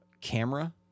camera